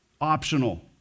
optional